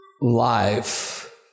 life